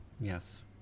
yes